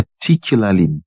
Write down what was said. particularly